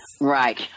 Right